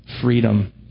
freedom